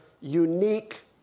unique